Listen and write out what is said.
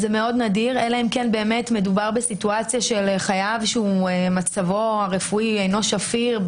אלא אם מדובר בסיטואציה של חייב שמצבו הרפואי אינו שפיר.